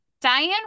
Diane